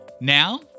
Now